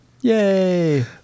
Yay